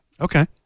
Okay